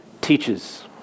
teaches